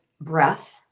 breath